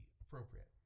appropriate